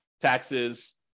taxes